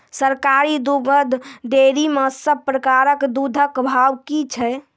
सरकारी दुग्धक डेयरी मे सब प्रकारक दूधक भाव की छै?